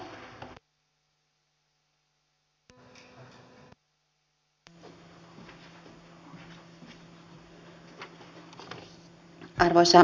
arvoisa puhemies